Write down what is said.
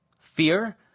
Fear